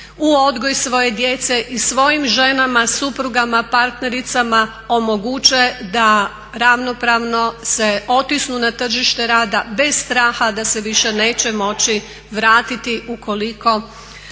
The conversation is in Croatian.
u odgoj svoje djece i svojim ženama, suprugama, partnericama omoguće da ravnopravno se otisnu na tržište rada bez straha da se više neće moći vratiti ukoliko